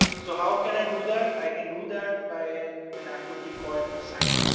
so how can i do that? i can do that by an activity called assign.